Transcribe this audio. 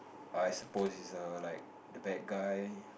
I supposed is a like the bad guy